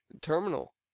Terminal